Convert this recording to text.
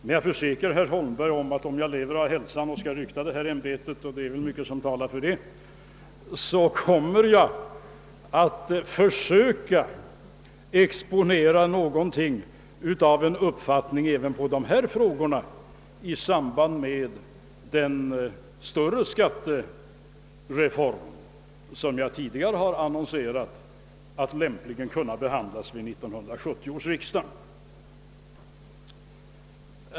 Men jag försäkrar herr Holmberg, att om jag lever och har hälsan och är den som skall rykta detta ämbete även i fortsättningen — och det är mycket som talar för det — så kommer jag att försöka exponera någonting av en uppfattning i de här frågorna i samband med den större skattereform, som jag tidigare sagt lämpligen bör kunna behandlas av 1970 års riksdag.